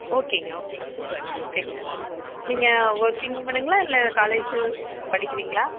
ஓகேங்க ஓகேங்க சூப்பர்ங்க ஓகேங்க நீங்கள் ஒர்க்கிங் உமனுங்களா இல்லை காலேஜு படிக்கிறீங்களா